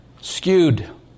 Skewed